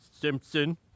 Simpson